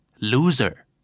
Loser